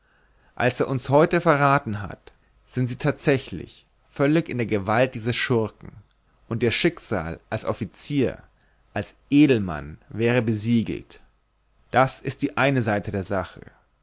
als er uns heute verraten hat sind sie tatsächlich völlig in der gewalt dieses schurken und ihr schicksal als offizier als edelmann wäre besiegelt das ist die eine seite der sache